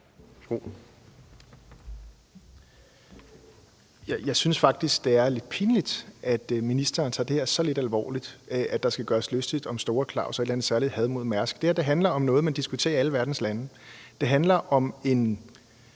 Jeg synes faktisk, det er lidt pinligt, at ministeren tager det her så lidt alvorligt, at man skal gøre sig lystig med Store Klaus og et eller andet særligt had mod Mærsk. Det her handler om noget, man diskuterer i alle verdens lande. Det handler om en